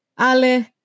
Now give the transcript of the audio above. ale